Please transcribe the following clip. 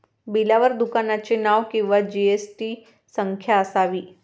बिलावर दुकानाचे नाव किंवा जी.एस.टी संख्या असावी